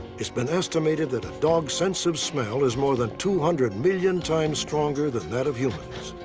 it's been estimated that a dog's sense of smell is more than two hundred million times stronger than that of humans.